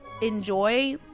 enjoy